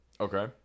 Okay